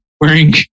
wearing